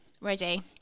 Ready